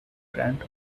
grant